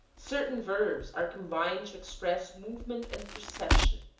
certain verbs are combined to express movement and perception